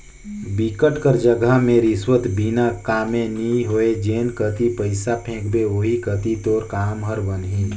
बिकट कर जघा में रिस्वत बिना कामे नी होय जेन कती पइसा फेंकबे ओही कती तोर काम हर बनही